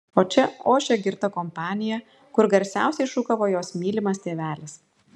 o čia ošė girta kompanija kur garsiausiai šūkavo jos mylimas tėvelis